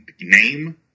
name